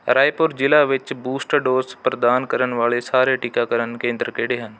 ਰਾਏਪੁਰ ਜ਼ਿਲ੍ਹਾ ਵਿੱਚ booster dose ਪ੍ਰਦਾਨ ਕਰਨ ਵਾਲੇ ਸਾਰੇ ਟੀਕਾਕਰਨ ਕੇਂਦਰ ਕਿਹੜੇ ਹਨ